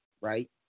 right